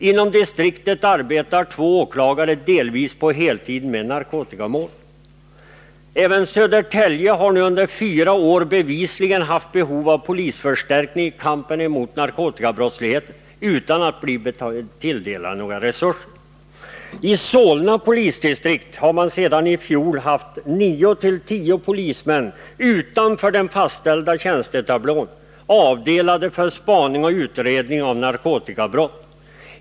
Inom distriktet arbetar två åklagare ibland på heltid med narkotikamål. Även Södertälje har nu under fyra år bevisligen haft behov av polisförstärkning i kampen mot narkotikabrottsligheten, utan att bli tilldelad några resurser. I Solna polisdistrikt har man sedan i fjol haft nio-tio polismän utöver dem som ingår i den fastställda tjänstetablån avdelade för spaning och utredning när det gäller narkotikabrott.